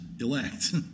elect